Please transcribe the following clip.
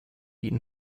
eaten